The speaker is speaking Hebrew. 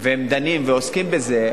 והם דנים ועוסקים בזה,